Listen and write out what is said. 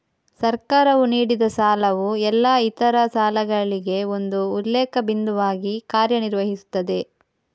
ಸರ್ಕಾರವು ನೀಡಿದಸಾಲವು ಎಲ್ಲಾ ಇತರ ಸಾಲಗಳಿಗೆ ಒಂದು ಉಲ್ಲೇಖ ಬಿಂದುವಾಗಿ ಕಾರ್ಯ ನಿರ್ವಹಿಸುತ್ತದೆ